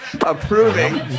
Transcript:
approving